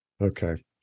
Okay